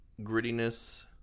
grittiness